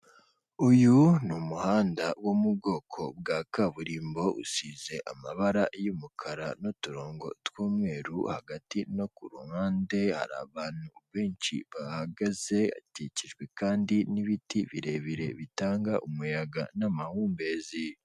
Uyu ni umuhanda wo mu bwoko bwa kaburimbo usize amabara y'umukara n'uturongo tw'umweru hagati no ku ruhande hari abantu benshi bahagaze, hakikijwe kandi n'ibiti birebire bitanga umuyaga n'amahumbezi.